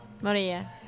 Maria